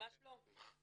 ממש לא.